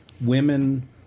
Women